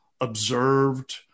observed